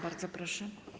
Bardzo proszę.